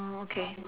okay